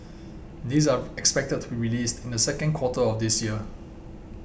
these are expected to be released in the second quarter of this year